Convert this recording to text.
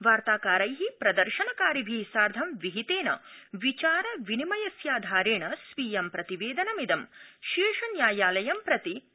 वार्ताकारै प्रदर्शनकारिभि साधं विहितेन विचार विनिमयस्याधारेण स्वीयं प्रतिवेदनमिदं शीर्षन्यायालयं प्रति प्रस्तुतमस्ति